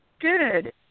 Good